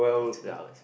for two hours